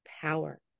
power